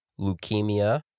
leukemia